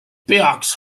peaks